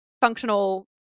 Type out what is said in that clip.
functional